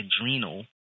adrenal